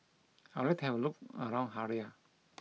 I would to have a look around Harare